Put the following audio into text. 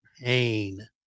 pain